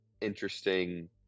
interesting